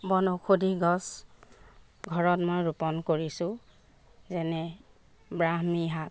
বনষৌধি গছ ঘৰত মই ৰোপণ কৰিছোঁ যেনে ব্ৰাহ্মী শাক